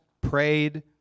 prayed